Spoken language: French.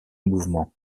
mouvements